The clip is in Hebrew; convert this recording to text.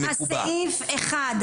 לעניין סעיף 1,